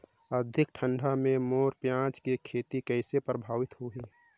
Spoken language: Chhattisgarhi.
अधिक ठंडा मे मोर पियाज के खेती कइसे प्रभावित होही?